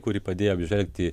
kuri padėjo apžvelgti